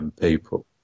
people